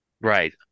Right